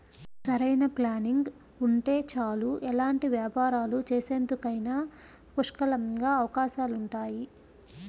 సరైన ప్లానింగ్ ఉంటే చాలు ఎలాంటి వ్యాపారాలు చేసేందుకైనా పుష్కలంగా అవకాశాలుంటాయి